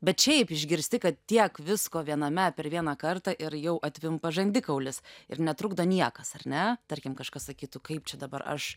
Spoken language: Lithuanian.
bet šiaip išgirsti kad tiek visko viename per vieną kartą ir jau atvimpa žandikaulis ir netrukdo niekas ar ne tarkim kažkas sakytų kaip čia dabar aš